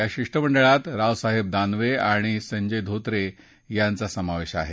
या शिष्टमंडळात रावसाहेब दानवे आणि संजय धोत्रे यांचा समावेश आहे